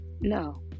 No